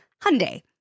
Hyundai